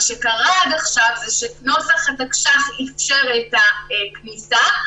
מה שקרה עד עכשיו זה שנוסח התקש"ח אפשר את הכניסה,